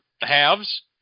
halves